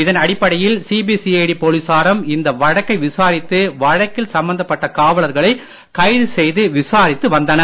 இதன் அடிப்படையில் சிபிசிஐடி போலீசாரும் இந்த வழக்கை விசாரித்து வழக்கில் சம்பந்தப்பட்ட காவலர்களை கைது செய்து விசாரித்து வந்தனர்